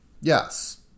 yes